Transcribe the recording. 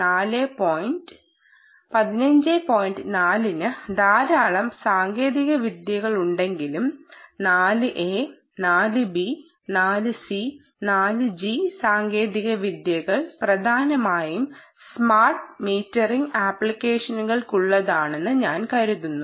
4 ന് ധാരാളം സാങ്കേതികവിദ്യകളുണ്ടെങ്കിലും 4 A 4 B 4 C 4 G സാങ്കേതികവിദ്യകൾ പ്രധാനമായും സ്മാർട്ട് മീറ്ററിംഗ് ആപ്ലിക്കേഷനുകൾക്കുള്ളതാണെന്ന് ഞാൻ കരുതുന്നു